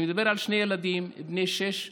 אני מדבר על שני ילדים בני שש וארבע.